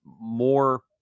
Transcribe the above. more